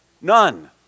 None